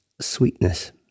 sweetness